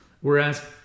Whereas